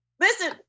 Listen